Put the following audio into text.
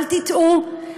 אל תטעו,